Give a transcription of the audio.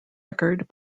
record